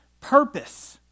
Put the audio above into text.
purpose